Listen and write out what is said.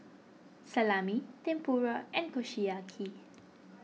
Salami Tempura and Kushiyaki